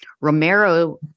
romero